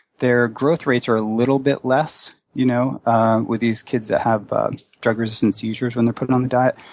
their growth rates are a little bit less you know ah with these kids that have drug-resistant seizures when they're put on the diet.